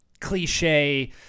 cliche